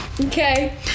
Okay